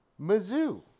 Mizzou